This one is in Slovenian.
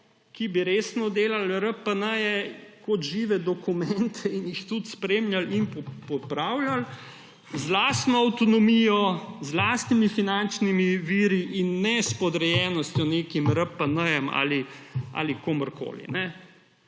ki bi resno delali RPN-je kot žive dokumente in jih tudi spremljali in popravljali z lastno avtonomijo, z lastnimi finančnimi viri in ne s podrejenostjo nekim RPN-jem ali komurkoli.